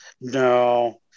No